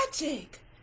magic